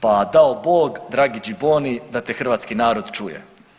Pa dao Bog dragi Gibonni da te hrvatski narod čuje.